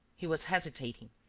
he was hesitating,